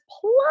plus